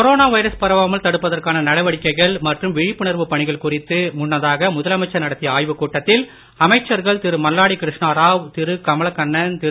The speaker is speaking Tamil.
கொரோனா வைரஸ் பரவாமல் தடுப்பதற்கான நடவடிக்கைகள் மற்றும் விழிப்புணர்வு பணிகள் குறித்து முன்னதாக முதலமைச்சர் நடத்திய ஆய்வுக் கூட்டத்தில் அமைச்சர்கள் திரு மல்லாடி கிருஷ்ணாராவ் திரு கமலக்கண்ணன் திரு